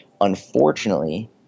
Unfortunately